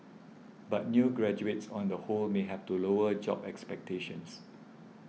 but new graduates on the whole may have to lower job expectations